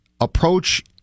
Approach